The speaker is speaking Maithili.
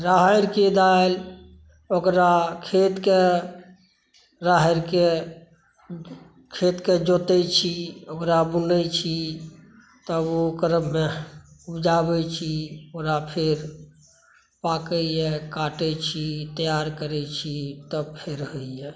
राहरिके दालि ओकरा खेतके राहरिके खेतके जोतै छी ओकरा बुनै छी तब ओ ओकरमे उपजाबै छी ओकरा फेर पाकैय काटै छी तैआर करै छी तब फेर होइया